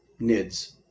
nids